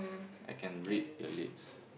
I can read your lips